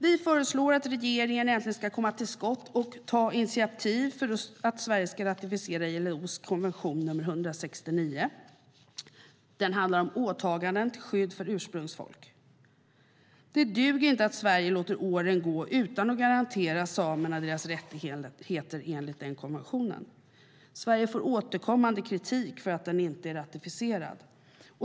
Vi föreslår att regeringen äntligen ska komma till skott och ta initiativ till att Sverige ska ratificera ILO:s konvention nr 169. Den handlar om åtaganden till skydd för ursprungsfolk. Det duger inte att Sverige låter åren gå utan att garantera samerna deras rättigheter enligt den konventionen. Sverige får återkommande kritik för att den inte är ratificerad.